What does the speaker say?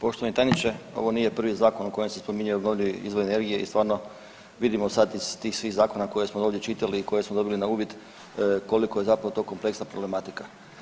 Poštovani tajniče, ovo nije prvi zakon u kojem se spominju obnovljivi izvori energije i stvarno vidimo sad iz tih svih zakona koje smo ovdje čitali i koje smo dobili na uvid koliko je zapravo to kompleksna problematika.